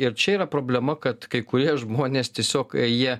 ir čia yra problema kad kai kurie žmonės tiesiog jie